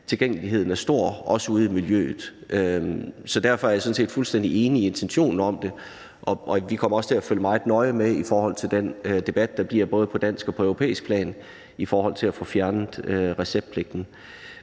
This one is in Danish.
tilgængeligheden er stor også ude i miljøet. Så derfor er jeg sådan set fuldstændig enig i intentionen om det, og vi kommer til at følge meget nøje med i det i forhold til den debat, der bliver på både dansk og europæisk plan, hvad angår at få fjernet receptpligten.